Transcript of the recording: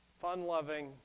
fun-loving